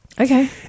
okay